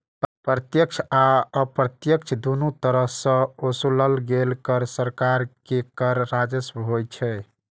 प्रत्यक्ष आ अप्रत्यक्ष, दुनू तरह सं ओसूलल गेल कर सरकार के कर राजस्व होइ छै